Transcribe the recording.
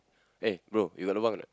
eh bro you got lobang or not